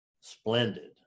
Splendid